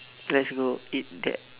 let's go eat that